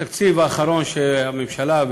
התקציב האחרון של הממשלה,